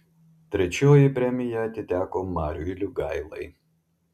trečioji premija atiteko mariui liugailai